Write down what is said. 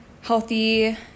healthy